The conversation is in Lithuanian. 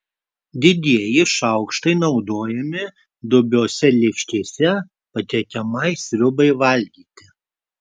didieji šaukštai naudojami dubiose lėkštėse patiekiamai sriubai valgyti